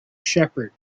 shepherd